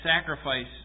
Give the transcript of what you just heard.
sacrifice